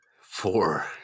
Four